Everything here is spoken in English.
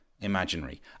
imaginary